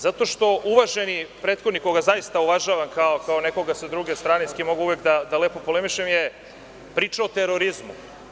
Zato što uvaženi prethodnik, koga zaista uvažavam kao nekoga sa druge strane sa kime mogu uvek lepo da polemišem je pričao o terorizmu.